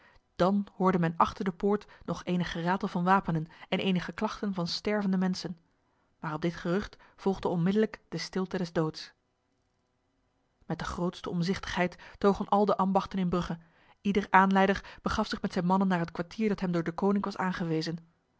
dan hoorde men achter de poort nog enig geratel van wapenen en enige klachten van stervende mensen maar op dit gerucht volgde onmiddellijk de stilte des doods met de grootste omzichtigheid togen al de ambachten in brugge ieder aanleider begaf zich met zijn mannen naar het kwartier dat hem door deconinck was aangewezen